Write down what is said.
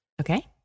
Okay